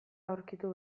aurkitu